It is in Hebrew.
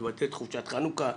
תבטל את חופשת חנוכה.